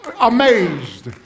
amazed